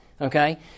Okay